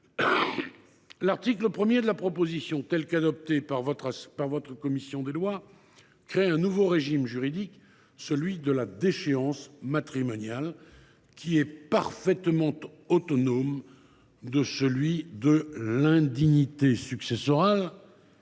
l’article 1 de la proposition de loi, tel que l’a adopté votre commission des lois, crée un nouveau régime juridique, celui de la déchéance matrimoniale, qui est parfaitement autonome de celui de l’indignité successorale